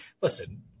listen